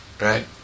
right